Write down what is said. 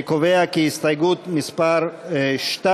אני קובע כי הסתייגות מס' 2